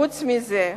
חוץ מזה,